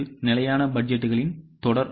இது நிலையான பட்ஜெட்டுகளின் தொடர்